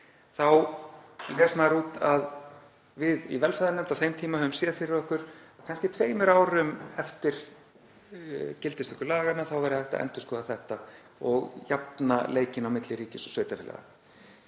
NPA les maður að við í velferðarnefnd á þeim tíma höfum séð fyrir okkur að kannski tveimur árum eftir gildistöku laganna væri hægt að endurskoða þetta og jafna leikinn milli ríkis og sveitarfélaga.